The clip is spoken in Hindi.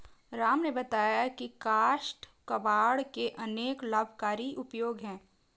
राम ने बताया की काष्ठ कबाड़ के अनेक लाभकारी उपयोग हैं